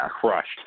crushed